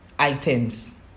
items